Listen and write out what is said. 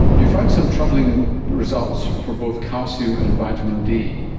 you found some troubling results for both calcium and vitamin d.